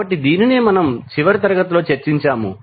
కాబట్టి దీనినే మనము చివరి తరగతి లో చర్చించాము